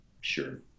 Sure